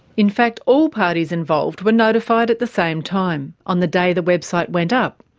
in fact all parties involved were notified at the same time on the day the website went up,